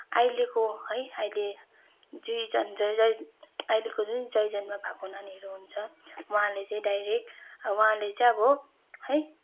अहिलेको है अहिले अहिलेको जुन चाहिँ जन्म भएको नानीहरू हुन्छ उहाँले चाहिँ डाइरेक्ट उहाँहरूले चाहिँ अब है